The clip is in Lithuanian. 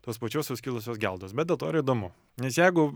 tos pačios suskilusios geldos bet dėl to ir įdomu nes jeigu